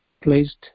placed